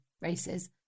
races